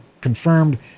confirmed